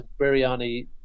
biryani